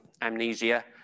amnesia